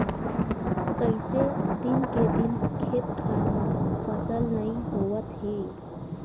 कइसे दिन के दिन खेत खार म फसल नइ होवत हे